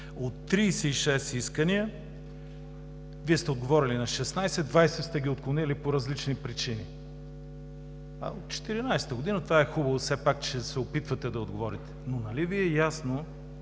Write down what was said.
От 36 искания Вие сте отговорили на 16, 20 сте ги отклонили по различни причини. От 2014 г., това е хубаво все пак, че се опитвате да отговорите, но нали Ви е ясно,